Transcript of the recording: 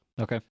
Okay